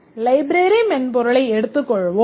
நாம் லைப்ரரி மென்பொருளை எடுத்துக்கொள்வோம்